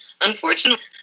unfortunately